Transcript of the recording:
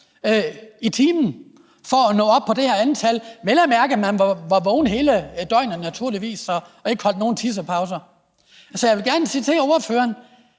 i timen for at nå op på det her antal, vel at mærke hvis man har været vågen hele døgnet, naturligvis, og ikke har holdt nogen tissepauser. Jeg vil gerne høre ordføreren